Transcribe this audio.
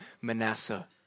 Manasseh